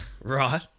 Right